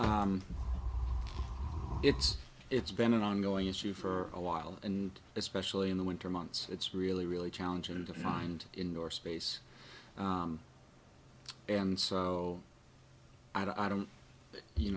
it's it's been an ongoing issue for a while and especially in the winter months it's really really challenging and kind indoor space and so i don't you